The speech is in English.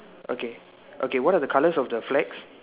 okay okay what are the colors of the flags